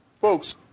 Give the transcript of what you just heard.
Folks